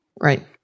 Right